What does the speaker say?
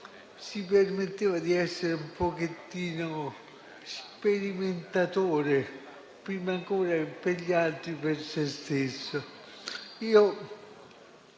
si permetteva di essere un pochettino sperimentatore, prima ancora che per gli altri, per se stesso.